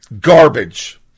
Garbage